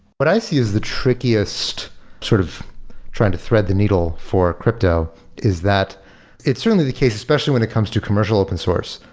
what i see is the trickiest sort of trying to thread the needle for crypto is that it's certainly the case especially when it comes to commercial open source,